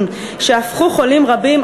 שהפכו חולים רבים,